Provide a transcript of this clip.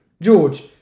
George